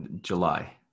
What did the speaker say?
July